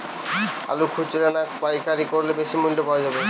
আলু খুচরা না পাইকারি করলে বেশি মূল্য পাওয়া যাবে?